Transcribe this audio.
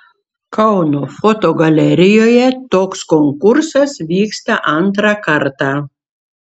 kauno fotogalerijoje toks konkursas vyksta antrą kartą